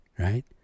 Right